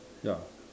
ya